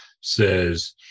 says